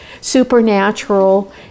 supernatural